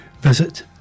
visit